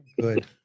Good